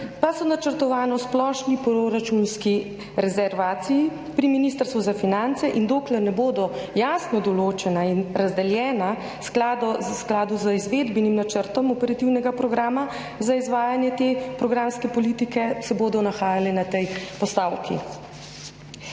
pa so načrtovana v splošni proračunski rezervaciji pri Ministrstvu za finance in dokler ne bodo jasno določena in razdeljena skladu v skladu z izvedbenim načrtom operativnega programa za izvajanje te programske politike, se bodo nahajala na tej postavki.